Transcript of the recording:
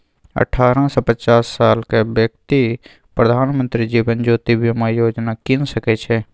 अठारह सँ पचास सालक बेकती प्रधानमंत्री जीबन ज्योती बीमा योजना कीन सकै छै